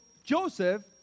Joseph